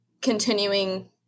continuing –